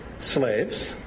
Slaves